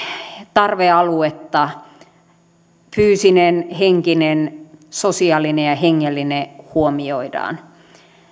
tarvealuetta fyysinen henkinen sosiaalinen ja hengellinen huomioidaan